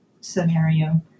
scenario